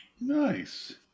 Nice